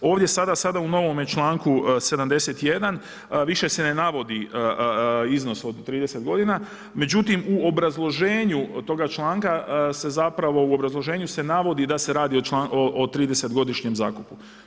Ovdje sada, sada u novome čl. 71. više se ne navodi iznosi od 30 g. međutim, u obrazloženju toga članka se zapravo u obrazloženju se navodi da se radi o 30 godišnjeg zakupu.